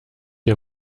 ihr